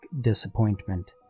disappointment